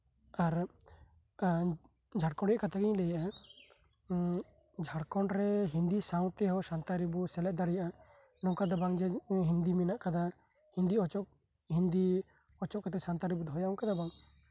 ᱟᱨ ᱡᱷᱟᱲᱠᱷᱚᱱᱰ ᱨᱮᱭᱟᱜ ᱠᱟᱛᱷᱟᱧ ᱞᱟᱹᱭᱟ ᱡᱷᱟᱲᱠᱷᱚᱱᱰᱨᱮ ᱦᱤᱱᱫᱤ ᱥᱟᱶᱛᱮ ᱦᱚᱸ ᱥᱟᱱᱛᱟᱲᱤ ᱵᱚᱱ ᱥᱮᱞᱮᱫ ᱫᱟᱲᱮᱭᱟᱜᱼᱟ ᱱᱚᱝᱠᱟ ᱫᱚ ᱵᱟᱝ ᱡᱟᱹᱱᱤᱡ ᱦᱤᱱᱫᱤ ᱢᱮᱱᱟᱜ ᱠᱟᱫᱟ ᱦᱤᱱᱫᱤ ᱚᱪᱚᱜ ᱠᱟᱛᱮᱫ ᱥᱟᱱᱛᱟᱲᱤ ᱫᱚᱦᱚ ᱚᱱᱠᱟ ᱫᱚ ᱵᱟᱝ